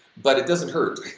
but it doesn't hurt,